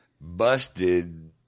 busted